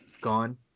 gone